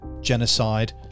genocide